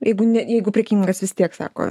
jeigu ne jeigu prekybininkas vis tiek sako